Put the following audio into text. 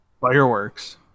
Fireworks